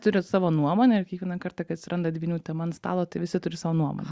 turi savo nuomonę ir kiekvieną kartą kai atsiranda dvynių tema ant stalo tai visi turi savo nuomonę